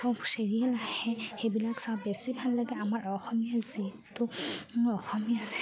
চব চিৰিয়েল আহে সেইবিলাক চাওঁ বেছি ভাল লাগে আমাৰ অসমীয়া যিহেতু অসমীয়া